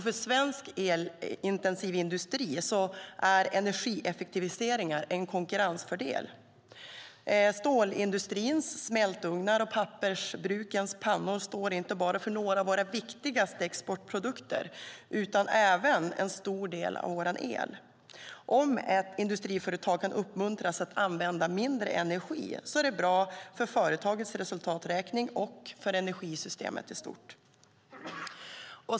För svensk elintensiv industri är energieffektiviseringar en konkurrensfördel. Stålindustrins smältugnar och pappersbrukens pannor står inte bara för några av våra viktigaste exportprodukter utan använder även en stor del av vår el. Om ett industriföretag kan uppmuntras att använda mindre energi är det bra för företagets resultaträkning och för energisystemet i stort.